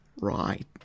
right